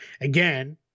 again